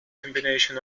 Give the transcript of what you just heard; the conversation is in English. combination